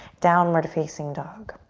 downward facing dog.